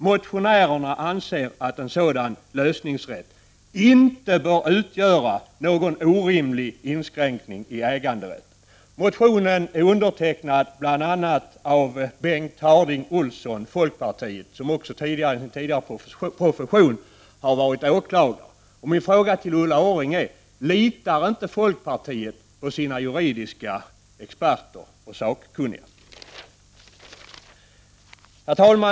Motionärerna anser att en sådan lösningsrätt inte bör innebära någon orimlig inskränkning av äganderätten. Motionen har undertecknats av bl.a. Bengt Harding Olson, folkpartiet, som tidigare har varit åklagare. Min fråga till Ulla Orring lyder: Litar inte folkpartiet på sina juridiska experter och sakkunniga? Herr talman!